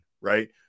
right